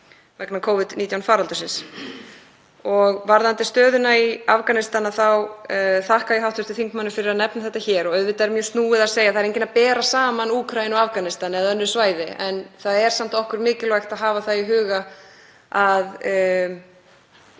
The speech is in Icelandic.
vegna Covid-19 faraldursins. Varðandi stöðuna í Afganistan þá þakka ég hv. þingmanni fyrir að nefna þetta hér. Auðvitað er mjög snúið að segja: Það er enginn að bera saman Úkraínu, Afganistan eða önnur svæði en það er samt mikilvægt að hafa það í huga að